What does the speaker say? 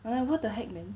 whatever the heck man